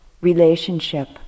relationship